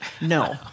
no